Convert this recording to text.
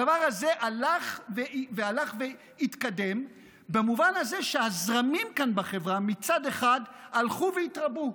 הדבר הזה הלך והתקדם במובן הזה שהזרמים כאן בחברה מצד אחד הלכו והתרבו,